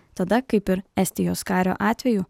tada kaip ir estijos kario atveju